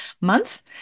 Month